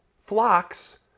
flocks